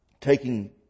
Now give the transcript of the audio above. taking